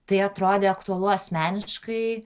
tai atrodė aktualu asmeniškai